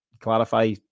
clarify